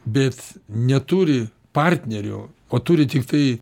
bet neturi partnerio o turi tiktai